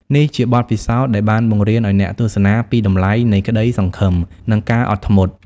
នេះជាបទពិសោធន៍ដែលបានបង្រៀនអ្នកទស្សនាពីតម្លៃនៃក្តីសង្ឃឹម និងការអត់ធ្មត់។